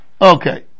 Okay